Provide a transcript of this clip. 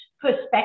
perspective